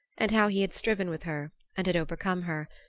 and how he had striven with her and had overcome her,